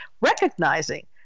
recognizing